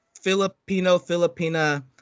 Filipino-Filipina